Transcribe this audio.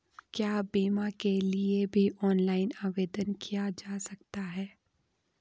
क्या बीमा के लिए भी ऑनलाइन आवेदन किया जा सकता है?